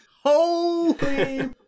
Holy